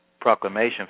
proclamation